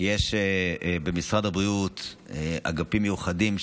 יש במשרד הבריאות אגפים מיוחדים,